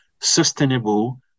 sustainable